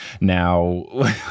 now